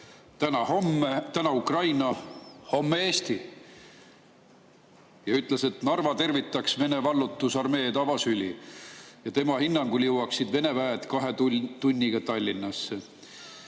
taustal: täna Ukraina, homme Eesti. Ja ta ütles, et Narva tervitaks Vene vallutusarmeed avasüli ja tema hinnangul jõuaksid Vene väed kahe tunniga Tallinnasse.